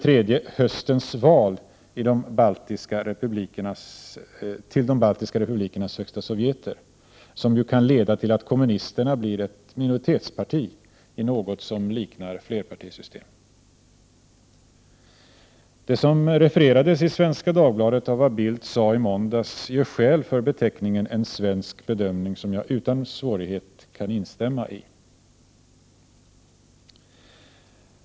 3) Höstens val till de baltiska republikernas högsta sovjeter, som ju kan leda till att kommunisterna blir ett minoritetsparti i något som liknar flerpartisystem. Det som refererades i Svenska Dagbladet av vad Bildt sade i måndags gör skäl för beteckningen ”en svensk bedömning”, som jag utan svårigheter kan instämma i.